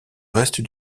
reste